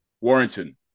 Warrington